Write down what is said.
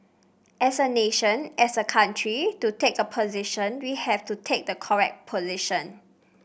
as a nation as a country to take a position we have to take the correct position